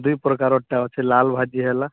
ଦୁଇପ୍ରକାର ଏଇଟା ଅଛି ଲାଲ ଭାଜି ହେଲା